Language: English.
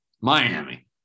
Miami